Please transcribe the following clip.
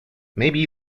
maybe